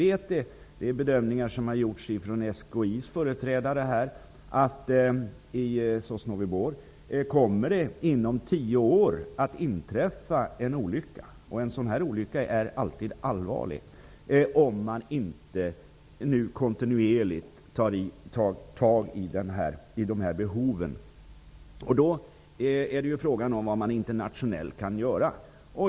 Enligt bedömningar som har gjorts av SKI:s företrädare kommer det att inträffa en olycka i Sosnovyj Bor inom tio år -- och en sådan olycka är alltid allvarlig -- om man inte kontinuerligt tar tag i de här behoven. Frågan är då vad man internationellt kan göra.